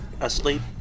asleep